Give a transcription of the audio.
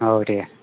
औ दे